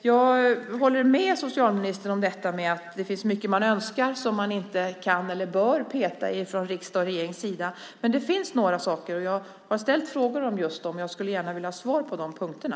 Jag håller med socialministern om att det finns mycket som man önskar men som man inte kan eller bör peta i från riksdagens och regeringens sida. Det är några saker som jag har ställt frågor om. Jag skulle gärna vilja ha svar på de punkterna.